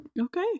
Okay